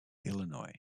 illinois